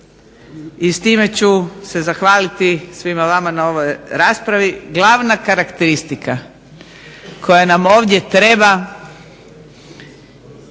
i s time ću se zahvaliti svima vama na ovoj raspravi. Glavna karakteristika koja nam ovdje treba